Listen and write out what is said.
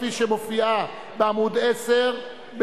שמופיעה בעמוד 10,